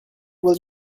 will